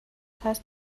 heißt